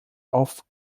auf